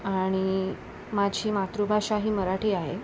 आणि माझी मातृभाषा ही मराठी आहे